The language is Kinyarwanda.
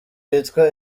yitwa